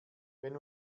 wenn